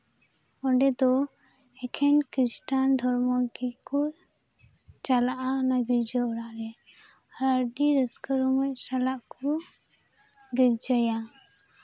ᱚᱸᱰᱮ ᱫᱚ ᱮᱠᱮᱱ ᱠᱷᱤᱥᱴᱨᱟᱱ ᱫᱷᱚᱨᱢᱚ ᱜᱮᱠᱚ ᱪᱟᱞᱟᱜᱼᱟ ᱚᱱᱟ ᱜᱤᱨᱡᱟᱹ ᱚᱲᱟᱜ ᱨᱮ ᱟᱹᱰᱤ ᱨᱟᱹᱥᱠᱟᱹ ᱨᱚᱢᱚᱡ ᱥᱟᱞᱟᱜ ᱠᱚ ᱜᱤᱨᱡᱟᱭᱟ